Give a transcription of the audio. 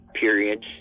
periods